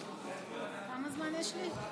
כמה זמן יש לי?